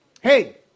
Hey